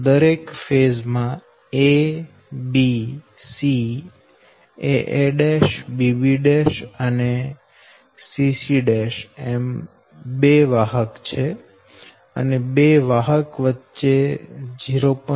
દરેક ફેઝ માં a b c aa' bb' અને cc' એમ 2 વાહક છે અને બે વાહક વચ્ચે અંતર 0